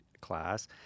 class